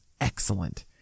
excellent